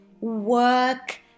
work